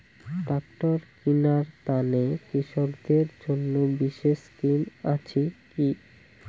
Tractor কিনার তানে কৃষকদের জন্য বিশেষ স্কিম আছি কি?